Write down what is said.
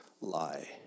lie